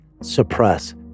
suppress